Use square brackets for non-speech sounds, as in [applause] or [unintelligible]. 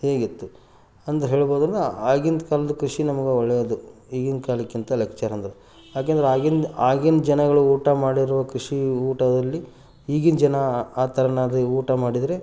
ಹೀಗಿತ್ತು ಅಂತ ಹೇಳಬೋದ್ರಿಂದ ಆಗಿಂದು ಕಾಲದ ಕೃಷಿ ನಮ್ಗೆ ಒಳ್ಳೆಯದು ಈಗಿನ ಕಾಲಕ್ಕಿಂತ [unintelligible] ಅಂದರೆ ಯಾಕೆಂದರೆ ಆಗಿಂದು ಆಗಿಂದು ಜನಗಳು ಊಟ ಮಾಡಿರುವ ಕೃಷಿ ಊಟದಲ್ಲಿ ಈಗಿನ ಜನ ಆ ತೆರನಾಗಿ ಊಟ ಮಾಡಿದರೆ